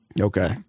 Okay